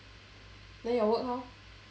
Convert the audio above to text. then your work how